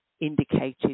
indicated